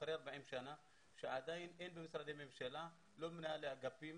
אחרי 40 שנה שעדיין אין במשרדי הממשלה לא מנהלי אגפים,